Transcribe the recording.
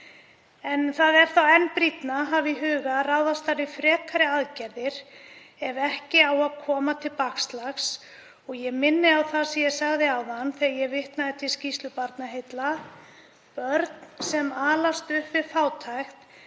En það er enn brýnna að hafa í huga að ráðast þarf í frekari aðgerðir ef ekki á að koma til bakslags. Ég minni á það sem ég sagði áðan þegar ég vitnaði til skýrslu Barnaheilla: Börn sem alast upp við fátækt